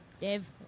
Dave